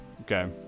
okay